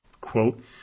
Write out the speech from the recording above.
quote